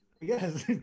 Yes